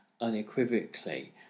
unequivocally